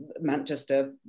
Manchester